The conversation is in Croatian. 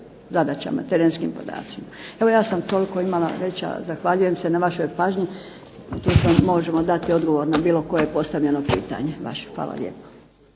zadaćama, terenskim podacima. Evo ja sam toliko reći. Zahvaljujem se na vašoj pažnji. Tu sam, možemo dati odgovor na bilo koje postavljeno pitanje vaše. Hvala lijepo.